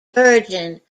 virgin